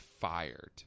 fired